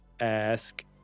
ask